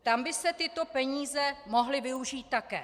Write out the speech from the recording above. Tam by se tyto peníze mohly využít také.